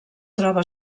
troba